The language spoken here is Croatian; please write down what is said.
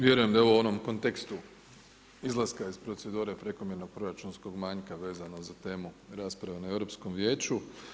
Vjerujem da je ovo u onom kontekstu izlaska iz procedure prekomjernog proračunskog manjka vezano za temu rasprave na Europskom vijeću.